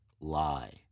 lie